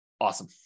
Awesome